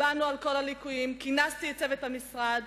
כינסתי את צוות המשרד,